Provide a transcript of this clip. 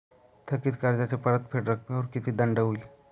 थकीत कर्जाच्या परतफेड रकमेवर किती दंड होईल?